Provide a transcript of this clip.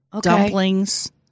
dumplings